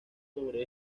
sobre